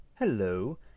Hello